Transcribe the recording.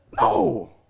No